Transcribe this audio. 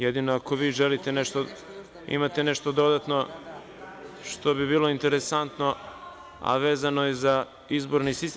Jedino ako vi imate nešto dodatno, što bi bilo interesantno, a vezano je za izborni sistem?